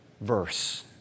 verse